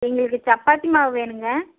எங்களுக்கு சப்பாத்தி மாவு வேணும்ங்க